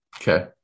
Okay